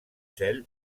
seule